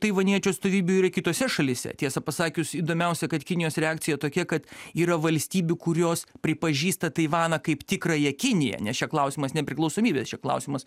taivaniečių atstovybių yra kitose šalyse tiesa pasakius įdomiausia kad kinijos reakcija tokia kad yra valstybių kurios pripažįsta taivaną kaip tikrąją kiniją nes čia klausimas nepriklausomybės čia klausimas